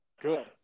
Good